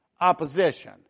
opposition